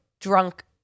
drunk